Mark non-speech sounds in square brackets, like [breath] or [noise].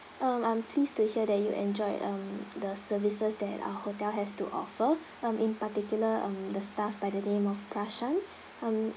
um I'm pleased to hear that you enjoyed um the services that our hotel has to offer um in particular um the staff by the name of prashan [breath] um